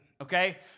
Okay